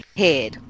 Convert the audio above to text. head